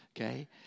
Okay